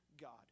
God